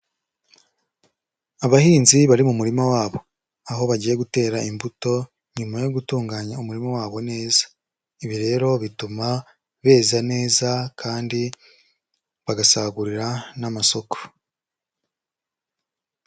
Abahinzi bari mu murima wabo, aho bagiye gutera imbuto nyuma yo gutunganya umurima wabo neza. Ibi rero bituma beza neza kandi bagasagurira n'amasoko.